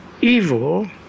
evil